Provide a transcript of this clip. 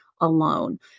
alone